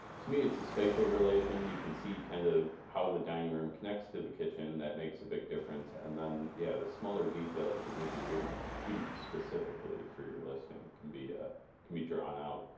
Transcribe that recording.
to me it's a spatial relation you can see kind of how is the dining room connects to the kitchen that makes a big difference. and then yeah, the smaller details that maybe you wouldn't shoot specifically for your listing can be ah can be drawn out.